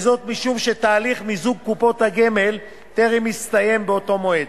וזאת משום שתהליך מיזוג קופות הגמל טרם הסתיים באותו מועד.